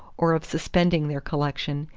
or of suspending their collection,